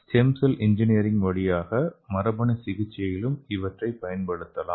stem cell engineering வழியாக மரபணு சிகிச்சையிலும் இவற்றை பயன்படுத்தலாம்